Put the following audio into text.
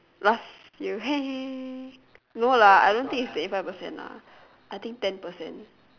last year no lah I don't think it's twenty five percent lah I think ten percent